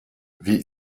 wie